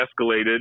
escalated